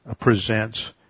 presents